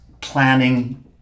planning